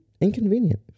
Inconvenient